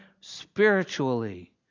spiritually